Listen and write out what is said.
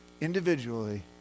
individually